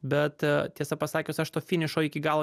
bet tiesą pasakius aš to finišo iki galo